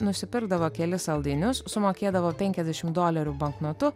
nusipirkdavo kelis saldainius sumokėdavo penkiasdešim dolerių banknotu